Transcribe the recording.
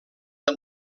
del